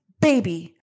baby